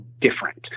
different